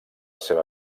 seva